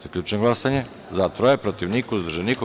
Zaključujem glasanje: za – tri, protiv – niko, uzdržanih – nema.